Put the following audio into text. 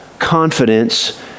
confidence